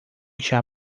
chá